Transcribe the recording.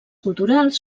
culturals